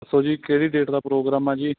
ਦੱਸੋ ਜੀ ਕਿਹੜੀ ਡੇਟ ਦਾ ਪ੍ਰੋਗਰਾਮ ਆ ਜੀ